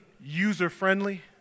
user-friendly